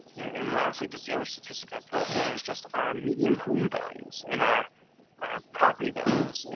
and lastly, just the other statistic i threw up there is just our median home values and our our property values,